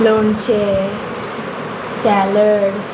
लोणचें सॅलड